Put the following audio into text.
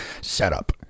setup